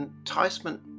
enticement